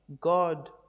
God